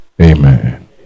Amen